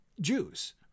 Jews